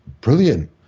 brilliant